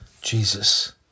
jesus